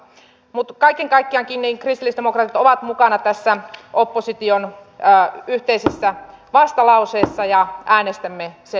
mutta kaiken kaikkiaankin kristillisdemokraatit ovat mukana tässä opposition yhteisessä vastalauseessa ja äänestämme sen mukaisesti